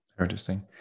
Interesting